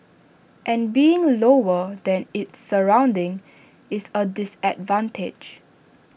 and being lower than its surroundings is A disadvantage